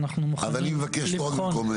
אנחנו מוכנים לבחון.